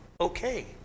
okay